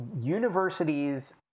universities